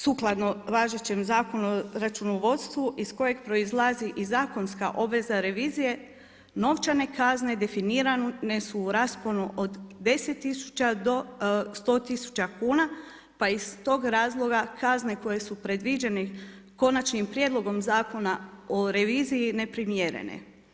Sukladno važećem Zakonu o računovodstvu iz kojeg proizlazi i zakonska obveza revizije novčane kazne definirane su u rasponu od 10 000 do 100 000 kuna pa iz tog razloga kazne koje su predviđene Konačnim prijedlogom Zakona o reviziji neprimjerene.